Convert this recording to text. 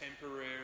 temporary